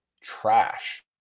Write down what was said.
trash